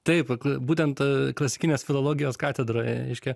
taip būtent klasikinės filologijos katedroj reiškia